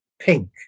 pink